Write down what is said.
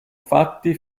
fatti